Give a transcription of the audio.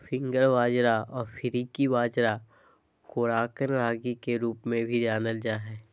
finger बाजरा अफ्रीकी बाजरा कोराकन रागी के रूप में भी जानल जा हइ